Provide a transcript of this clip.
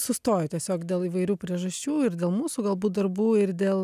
sustojo tiesiog dėl įvairių priežasčių ir dėl mūsų galbūt darbų ir dėl